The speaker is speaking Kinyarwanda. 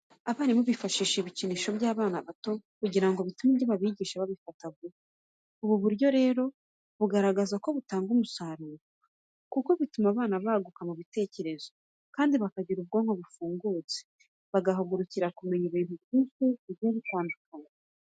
Abarimu bifashisha ibikinisho by'abana bato kugira ngo bitume ibyo babigisha babifata vuba. Ubu buryo rero, bigaragara ko butanga umusaruro kuko bituma abana baguka mu bitekerezo, kandi bakagira n'ubwonko bufungutse bagahugukira kumenya ibintu byinshi bigiye bitandukanye.